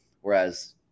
whereas